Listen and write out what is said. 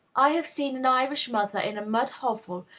i have seen an irish mother, in a mud hovel,